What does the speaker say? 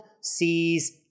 sees